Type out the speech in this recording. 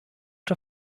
der